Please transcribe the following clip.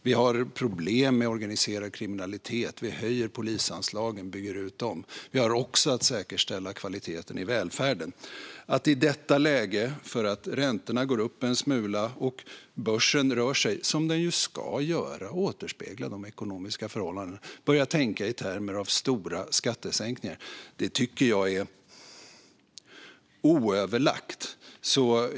Vi har problem med organiserad kriminalitet. Vi höjer och bygger ut polisanslagen. Vi ska också säkerställa kvaliteten i välfärden. Att i detta läge när räntorna går upp en smula och börsen rör sig - som den ju ska göra och återspegla ekonomiska förhållanden - börja tänka i termer av stora skattesänkningar tycker jag är oöverlagt.